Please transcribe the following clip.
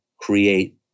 create